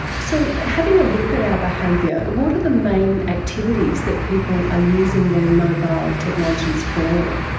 so having a look at our behaviour, what are the main activities that people are using their mobile technologies for?